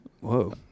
whoa